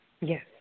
Yes